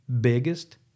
biggest